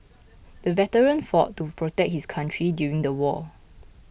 the veteran fought to protect his country during the war